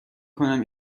کنم